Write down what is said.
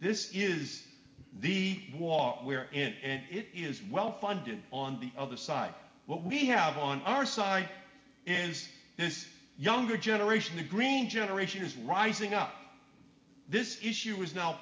this is the war we're in it is well funded on the other side what we have on our side is this younger generation the green generation is rising up this issue is now